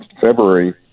February